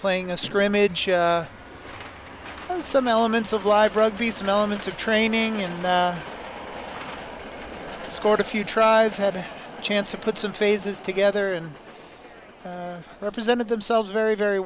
playing a scrimmage on some elements of live rugby some elements of training and scored a few tries had a chance to put some phases together and represented themselves very very